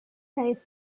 type